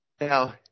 Now